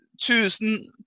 Tusind